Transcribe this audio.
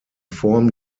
form